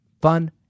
fun